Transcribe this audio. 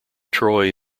troy